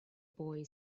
boy